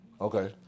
Okay